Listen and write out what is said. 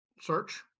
search